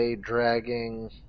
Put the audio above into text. dragging